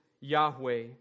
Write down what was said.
Yahweh